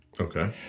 Okay